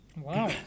Wow